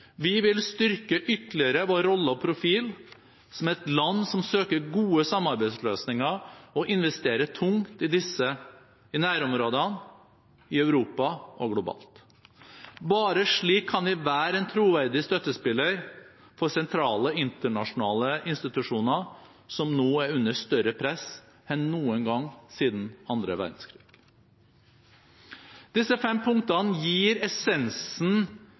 Vi vil ytterligere styrke vår rolle og profil som et land som søker gode samarbeidsløsninger og investerer tungt i disse – i nærområdene, i Europa og globalt. Bare slik kan vi være en troverdig støttespiller for sentrale internasjonale institusjoner som nå er under større press enn noen gang siden annen verdenskrig. Disse fem punktene gir essensen